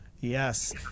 Yes